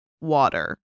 water